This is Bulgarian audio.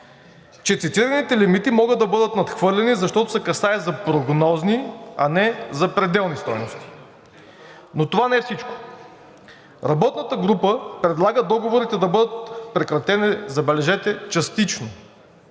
че цитираните лимити могат да бъдат надхвърлени, защото се касае за прогнозни, а не за пределни стойности, но това не е всичко и работната група предлага договорите да бъдат прекратени, забележете, частично